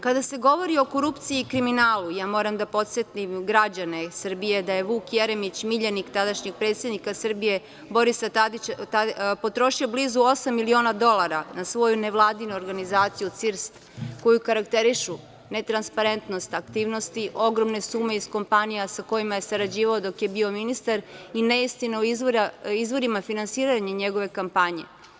Kada se govori o korupciji i kriminalu moram da podsetim građane Srbije da je Vuk Jeremić miljenik tadašnjeg predsednika Srbije Borisa Tadića potrošio blizu osam miliona dolara na svoju nevladinu organizaciju CIRST koju karakterišu netransparentnost aktivnosti, ogromne sume iz kompanija sa kojima je sarađivao dok je bio ministar i neistine o izvorima finansiranja njegove kampanje.